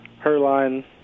Herline